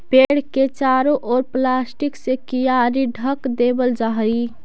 पेड़ के चारों ओर प्लास्टिक से कियारी ढँक देवल जा हई